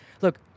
look